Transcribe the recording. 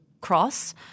cross